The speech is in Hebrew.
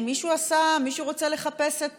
אם מישהו רוצה לחפש,